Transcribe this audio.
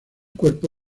cuerpo